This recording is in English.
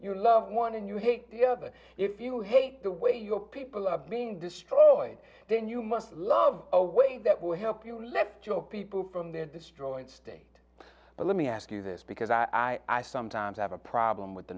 you love one and you hate the other if you hate the way your people are being destroyed then you must love the way that will help you let joe people from their destroyed state but let me ask you this because i i sometimes have a problem with the